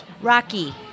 Rocky